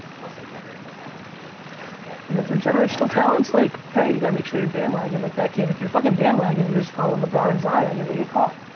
um also, generational talents and then and if they're generational talents like, hey, you gotta make sure your bandwagon like that kid. if you're fucking bandwagon and you're just following lebron and zion you're gonna get caught.